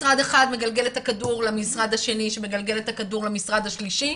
משרד אחד מגלגל את הכדור למשרד השני שמגלגל את הכדור למשרד השלישי,